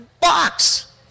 box